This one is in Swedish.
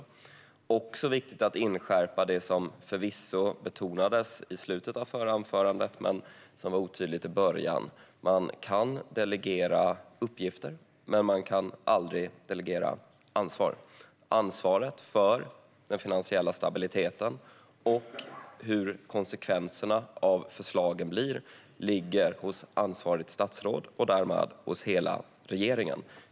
Det är också viktigt att inskärpa det som förvisso betonades i slutet av det förra anförandet men som var otydligt i början: Man kan delegera uppgifter, men man kan aldrig delegera ansvar. Ansvaret för den finansiella stabiliteten och konsekvenserna av förslagen ligger hos ansvarigt statsråd och därmed hos hela regeringen.